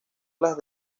las